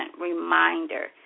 reminder